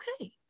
okay